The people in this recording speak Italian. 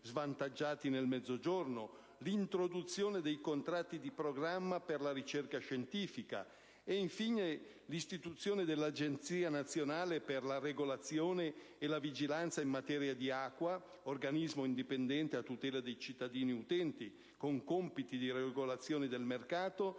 svantaggiati nel Mezzogiorno; l'introduzione dei contratti di programma per la ricerca scientifica; e, infine, l'istituzione dell'Agenzia nazionale per la regolazione e la vigilanza in materia di acqua, organismo indipendente a tutela dei cittadini utenti, con compiti di regolazione del mercato